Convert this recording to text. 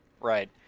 Right